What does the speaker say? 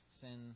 sin